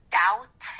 doubt